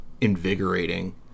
invigorating